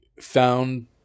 found